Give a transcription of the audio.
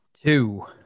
Two